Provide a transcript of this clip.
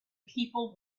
people